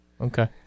Okay